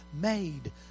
made